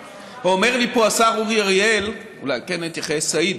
אומר לי פה השר אורי אריאל, אולי כן אתייחס, סעיד,